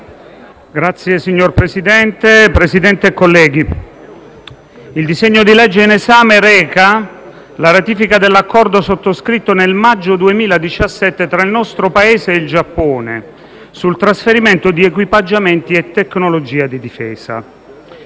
il disegno di legge in esame reca la ratifica dell'Accordo sottoscritto nel maggio 2017 tra il nostro Paese e il Giappone sul trasferimento di equipaggiamenti e tecnologia di difesa.